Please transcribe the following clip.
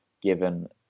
given